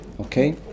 okay